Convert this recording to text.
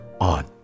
on